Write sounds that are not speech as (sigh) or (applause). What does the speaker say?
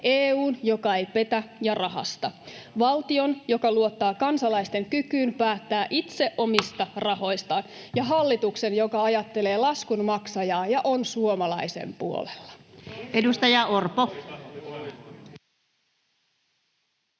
EU:n, joka ei petä ja rahasta, valtion, joka luottaa kansalaisten kykyyn päättää itse (noise) omista rahoistaan, ja hallituksen, joka ajattelee laskun maksajaa ja on suomalaisen puolella.